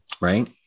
right